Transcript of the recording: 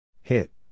Hit